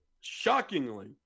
shockingly